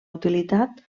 utilitat